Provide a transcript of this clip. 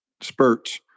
spurts